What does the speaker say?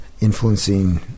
influencing